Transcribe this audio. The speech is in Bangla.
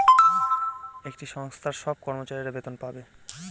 একটা সংস্থার সব কর্মচারীরা বেতন পাবে